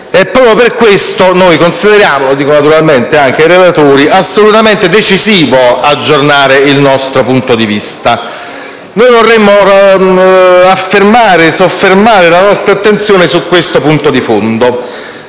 Proprio per questo consideriamo - lo dico naturalmente anche ai relatori - assolutamente decisivo aggiornare il nostro punto di vista. Vorremmo soffermare la nostra attenzione su un punto di fondo.